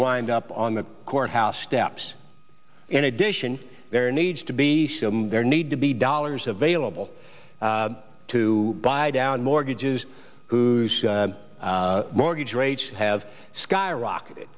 wind up on the courthouse steps in addition there needs to be there need to be dollars available to buy down mortgages whose mortgage rates have skyrocketed